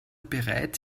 bereits